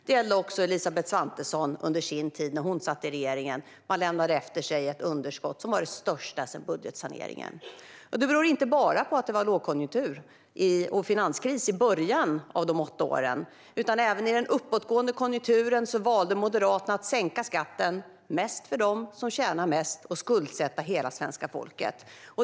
Det gäller även Elisabeth Svantesson under hennes tid i regeringen - man lämnade efter sig ett underskott som var det största sedan budgetsaneringen. Det beror inte bara på att det var lågkonjunktur och finanskris i början av de åtta åren. Även i den uppåtgående konjunkturen valde Moderaterna att sänka skatten mest för dem som tjänar mest och att skuldsätta hela svenska folket.